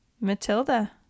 Matilda